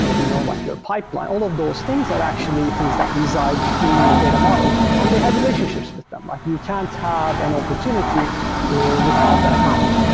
and you know like your pipeline. all of those things are actually things that reside in your data model, and they have relationships with them. like you can't ah have an and opportunity without an account.